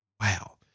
Wow